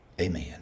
Amen